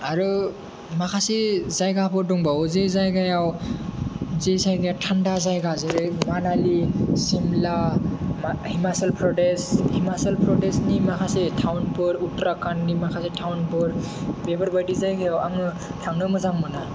आरो माखासे जायगाफोर दंबावो जे जायगायाव थान्डा जायगा जेरै मनालि शिमला हिमासल प्रदेश हिमासल प्रदेशनि माखासे टाउनफोर उत्तराखन्डनि माखासे टाउनफोर बेफोरबायदि जायगायाव आङो थांनो मोजां मोनो